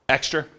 Extra